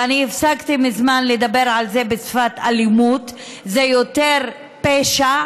ואני הפסקתי מזמן לדבר על זה בשפת "אלימות"; זה יותר פשע,